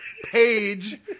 page